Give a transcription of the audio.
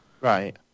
Right